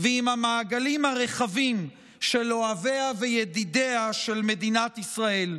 ועם המעגלים הרחבים של אוהביה וידידיה של מדינת ישראל.